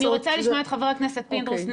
רוצה לשמוע את חבר הכנסת פינדרוס,